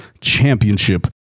championship